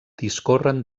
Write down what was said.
discorren